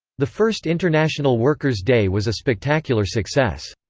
the first international workers day was a spectacular success.